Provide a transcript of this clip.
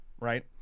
right